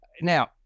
Now